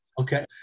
Okay